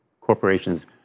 corporations